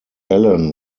allen